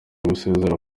gusezera